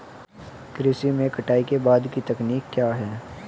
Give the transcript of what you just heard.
कृषि में कटाई के बाद की तकनीक क्या है?